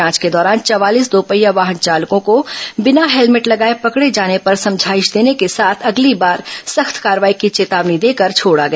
जांच के दौरान चवालीस दोपहिया वाहन चालकों को बिना हेलमेट लगाए पकड़े जाने पर समझाईश देने के साथ अगली बार सख्त कार्रवाई की चेतावनी देकर छोडा गया